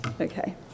Okay